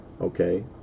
okay